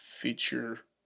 feature